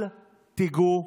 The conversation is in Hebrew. אל תיגעו